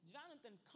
Jonathan